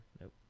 Nope